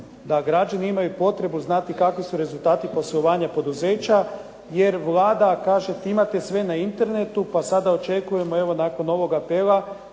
da građani imaju potrebu znati kakvi su rezultati poslovanja poduzeća jer Vlada kaže imate sve na internetu pa sada očekujemo evo nakon ovog apela